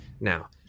now